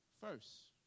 first